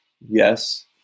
yes